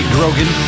Grogan